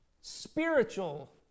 spiritual